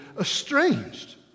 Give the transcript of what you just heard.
estranged